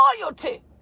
loyalty